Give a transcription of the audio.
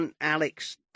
Alex